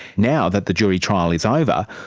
now that the jury trial is over,